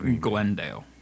Glendale